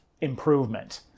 improvement